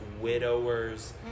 widowers